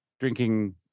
Drinking